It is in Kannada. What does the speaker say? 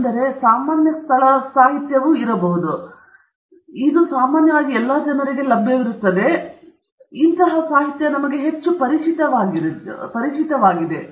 ಆದ್ದರಿಂದ ಇವು ಸಾಮಾನ್ಯ ಸ್ಥಳ ಸಾಹಿತ್ಯ ಸರಿಯೇ ಅದು ಸಾಮಾನ್ಯವಾಗಿ ಲಭ್ಯವಿರುತ್ತದೆ ಮತ್ತು ಇದು ನಾವು ಹೆಚ್ಚು ಪರಿಚಿತವಾಗಿರುವಂತಹ ಲಿಖಿತ ವಸ್ತುವಾಗಿದೆ